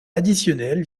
additionnelles